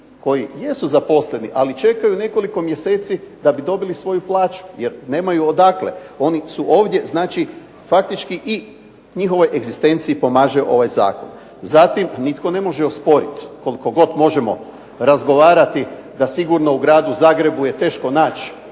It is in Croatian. koji jesu zaposleni, ali čekaju nekoliko mjeseci da bi dobili svoju plaću, jer nemaju odakle. Oni su ovdje faktički i njihovoj egzistenciji pomaže ovaj zakon. Zatim nitko ne može osporiti koliko god možemo razgovarati da sigurno u gradu Zagrebu je teško naći